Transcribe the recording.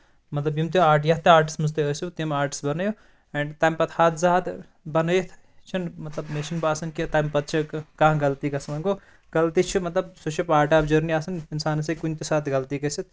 مطلب یِم تہِ آرٹ یَتھ تہِ آرٹَس منٛز تُہۍ ٲسِو تِم آرٹٕس بَنٲیِو اینٛڈ تَمہِ پَتہٕ ہَتھ زٕ ہَتھ بَنٲیِتھ چھُنہٕ مطلب مےٚ چھُنہٕ باسان کہِ تَمہِ پَتہٕ چھ کانہہ غلطی گژھان وۄنۍ گوٚو غلطی چھ مطلب سۄ چھِ پاٹ آف جٔرنی آسان اِنسانَس ہٮ۪کہِ کُنہِ تہِ ساتہٕ غلطی گٔژِھتھ